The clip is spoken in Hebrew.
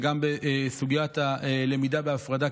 וגם בסוגיית הלמידה בהפרדה,